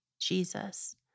Jesus